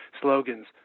slogans